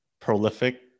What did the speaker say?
Prolific